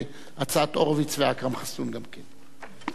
להצעת הורוביץ ואכרם חסון גם כן.